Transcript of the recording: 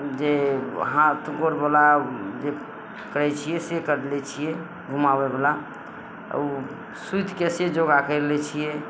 उ जे हाँथ गोरवला जे करय छियै से कर लै छियै घुमाबयवला आओर उ सुतिके से योगा करि लै छियै